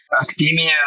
academia